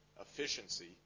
efficiency